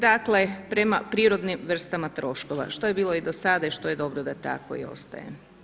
Dakle, prema prirodnim vrstama troškova što je bilo i do sada i što je dobro da tako i ostaje.